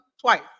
twice